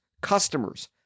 customers